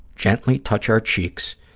gently touch our cheeks,